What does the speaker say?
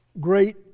great